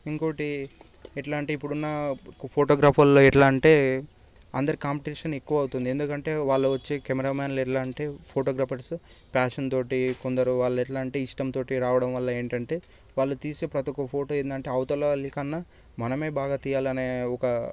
ఇంకోటి ఎట్లా అంటే ఇప్పుడున్న ఫోటోగ్రాఫర్లో ఎట్లా అంటే అందరికి కాంపిటీషన్ ఎక్కువవుతుంది ఎందుకంటే వాళ్ళు వచ్చే కెమెరామ్యాన్లు ఎలా అంటే ఫోటోగ్రాఫర్స్ ప్యాషన్ తోటి కొందరు వాళ్ళు ఎట్లా అంటే ఇష్టం తోటి రావడం వల్ల ఏంటంటే వాళ్ళు తీసే ప్రతి ఒక్క ఫోటో ఏందంటే అవతల వాళ్ళు కన్నా మనమే బాగా తీయాలనే ఒక